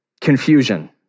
confusion